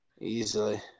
Easily